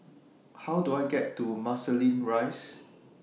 How Do I get to Marsiling Rise